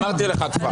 אמרתי לך כבר,